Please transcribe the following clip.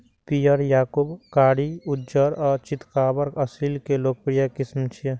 पीयर, याकूब, कारी, उज्जर आ चितकाबर असील के लोकप्रिय किस्म छियै